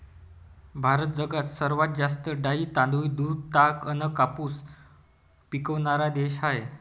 भारत जगात सर्वात जास्त डाळी, तांदूळ, दूध, ताग अन कापूस पिकवनारा देश हाय